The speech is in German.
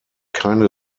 keine